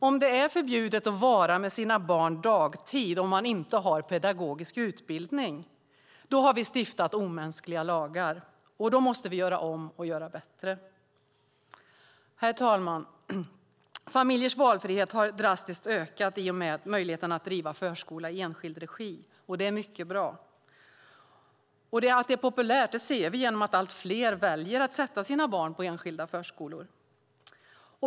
Om det är förbjudet att vara med sina barn på dagtid om man inte har pedagogisk utbildning har vi stiftat omänskliga lagar, och då måste vi göra om och göra bättre. Herr talman! Familjers valfrihet har drastiskt ökat i och med möjligheten att driva förskola i enskild regi. Detta är mycket bra. Att det är populärt ser vi genom att allt fler väljer att sätta sina barn på enskilda förskolor.